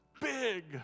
big